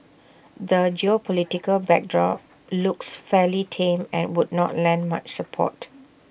the geopolitical backdrop looks fairly tame and would not lend much support